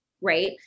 right